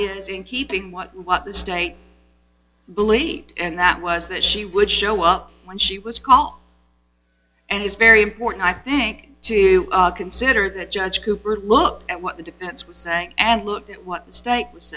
is in keeping with what the state believed and that was that she would show up when she was called and it's very important i think to consider that judge cooper look at what the defense was saying and look at what the state was